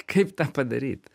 kaip tą padaryt